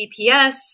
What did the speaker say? GPS